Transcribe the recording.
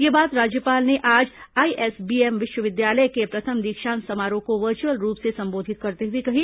यह बात राज्यपाल ने आज आईएसबीएम विश्वविद्यालय के प्रथम दीक्षांत समारोह को वर्चुअल रूप से संबोधित करते हुए कही